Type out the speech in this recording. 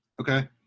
Okay